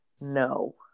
No